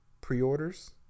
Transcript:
pre-orders